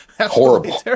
Horrible